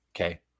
Okay